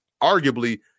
arguably